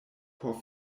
por